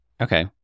Okay